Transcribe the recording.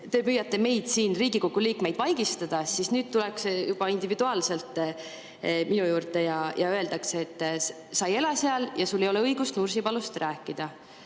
te püüate meid, Riigikogu liikmeid, siin vaigistada, tullakse nüüd juba individuaalselt minu juurde ja öeldakse, et sa ei ela seal ja sul ei ole õigust Nursipalust rääkida. Kas